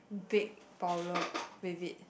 big problem with it